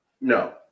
No